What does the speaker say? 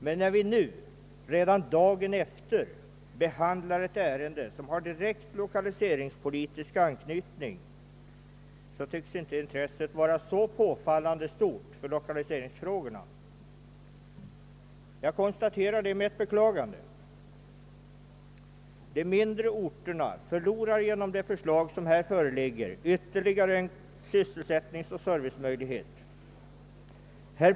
Men när vi nu redan dagen efter behandlar ett ärende som har direkt lokaliseringspolitisk anknytning tycks inte intresset vara påfallande stort för lokaliseringssynpunkten. Jag konstaterar detta med beklagande. De mindre orterna förlorar genom det förslag som här föreligger ytterligare en sysselsättningsoch servicemöjlighet.